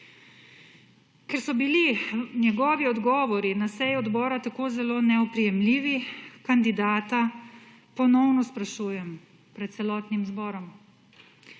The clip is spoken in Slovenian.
Ker so bili njegovi odgovori na seji odbora tako zelo neoprijemljivi, kandidata ponovno sprašujem pred celotnim zborom: